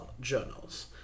journals